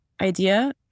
idea